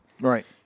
Right